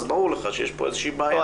אז ברור לך שיש פה איזושהי בעיה,